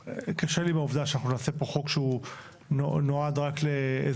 קשה לי עם העובדה שאנחנו נעשה פה חוק שהוא נועד רק לאזורים